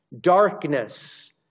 darkness